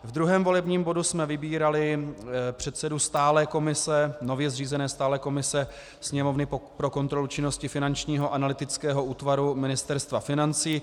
V druhém volebním bodu jsme vybírali předsedu nově zřízené stálé komise Sněmovny pro kontrolu činnosti Finančního analytického útvaru Ministerstva financí.